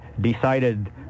decided